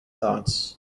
thoughts